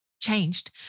changed